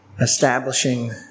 establishing